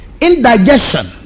indigestion